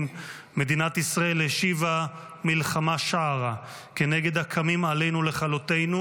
מדינת ישראל השיבה מלחמה שערה כנגד הקמים עלינו לכלותנו,